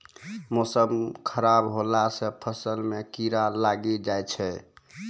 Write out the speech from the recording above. मौसम खराब हौला से फ़सल मे कीड़ा लागी जाय छै?